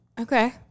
Okay